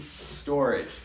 storage